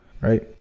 right